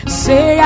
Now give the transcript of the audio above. say